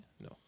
No